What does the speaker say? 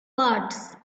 parts